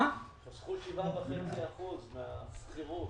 7.5% מהשכירות,